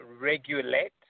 regulate